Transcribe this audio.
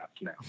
now